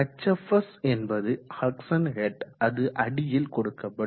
hfs என்பது suction head அது அடியில் கொடுக்கப்படும்